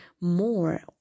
more